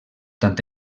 tant